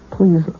Please